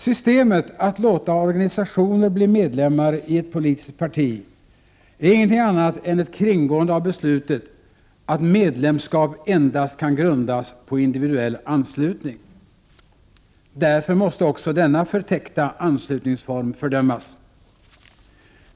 Systemet att låta organisationer bli medlemmar i ett politiskt parti är ingenting annat än ett kringgående av beslutet att medlemskap endast kan grundas på individuell anslutning. Därför måste också denna förtäckta anslutningsform fördömas.